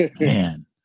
Man